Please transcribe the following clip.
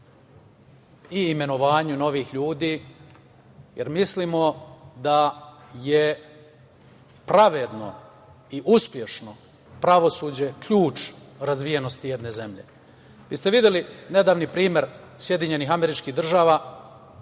i imenovanju novih ljudi, jer mislimo da je pravedno i uspešno pravosuđe ključ razvijenosti jedne zemlje. Vi ste videli nedavni primer SAD koja je pod